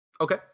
Okay